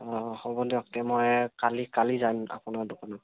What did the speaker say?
অঁ হ'ব দিয়ক তে মই কালি কালি যাম আপোনাৰ দোকানত